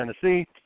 Tennessee